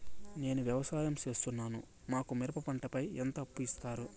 నేను వ్యవసాయం సేస్తున్నాను, మాకు మిరప పంటపై ఎంత అప్పు ఇస్తారు